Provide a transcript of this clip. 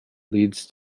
leads